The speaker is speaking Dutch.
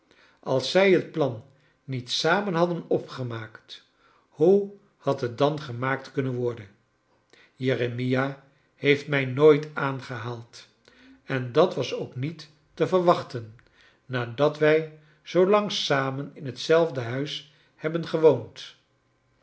als zij het plan niet samen hadden opgemaakt hoe had het dan gemaakt kunnen worden jeremia heeft mij nooit aangehaald en dat was ook niet te verwachten nadat wij zoo lang samen in hetzelfde huis hebben gewoond